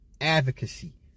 advocacy